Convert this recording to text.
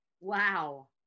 Wow